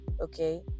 okay